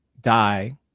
die